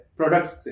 products